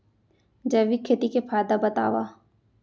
जैविक खेती के फायदा बतावा?